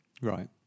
Right